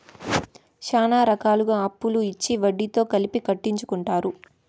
శ్యానా రకాలుగా అప్పులు ఇచ్చి వడ్డీతో కలిపి కట్టించుకుంటారు